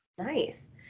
Nice